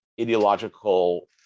ideological